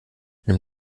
nimm